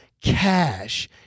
cash